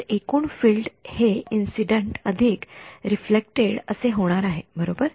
तर एकूण फील्ड हे इंसिडेन्ट अधिक रिफ्लेक्टड असे होणार आहे बरोबर